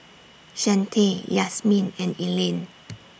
Chante Yasmeen and Elaine